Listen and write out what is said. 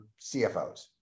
CFOs